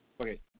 Okay